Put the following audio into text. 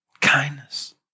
Kindness